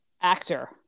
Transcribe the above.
actor